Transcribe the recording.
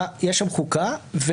יש שם חוקה.